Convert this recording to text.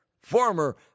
former